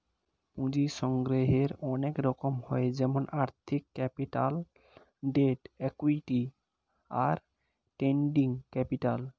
পুঁজির সংগ্রহের অনেক রকম হয় যেমন আর্থিক ক্যাপিটাল, ডেট, ইক্যুইটি, আর ট্রেডিং ক্যাপিটাল